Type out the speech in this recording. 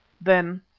then,